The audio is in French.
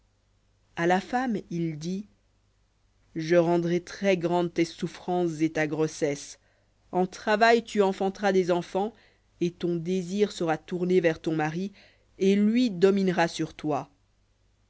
à la femme il dit je rendrai très-grandes tes souffrances et ta grossesse en travail tu enfanteras des enfants et ton désir sera vers ton mari et lui dominera sur toi